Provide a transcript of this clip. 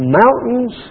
mountains